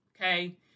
okay